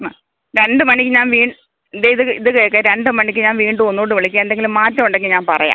എന്നാൽ രണ്ട് മണിക്ക് ഞാൻ വീ ദേ ഇത് ഇത് കേൾക്ക് രണ്ട് മണിക്ക് ഞാൻ വീണ്ടും ഒന്നൂടെ വിളിക്കാം എന്തെങ്കിലും മാറ്റമുണ്ടെങ്കിൽ ഞാൻ പറയാം